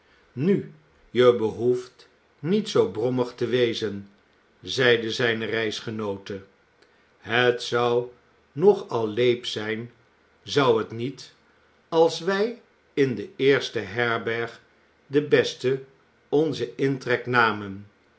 nu je behoeft niet zoo brommig te wezen zeide zijne reisgenoote het zou nog al leep zijn zou t niet als wij in de eerste herberg de beste onzen intrek namen